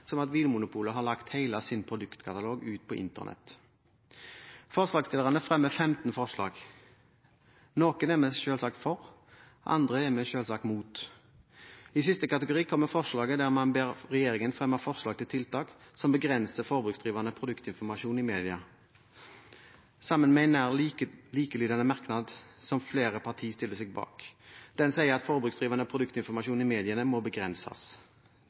som at Vinmonopolet har lagt hele sin produktkatalog ut på Internett. Forslagsstillerne fremmer 15 forslag. Noen er vi selvsagt for, andre er vi selvsagt imot. I siste kategori kommer forslaget der man ber regjeringen fremme forslag til tiltak som begrenser forbruksdrivende produktinformasjon i media, sammen med en nær likelydende merknad, som flere partier stiller seg bak. Den sier at forbruksdrivende produktinformasjon i mediene må begrenses.